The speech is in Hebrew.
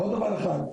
עוד דבר אחד,